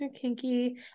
Kinky